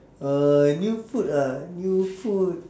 uh new food ah new food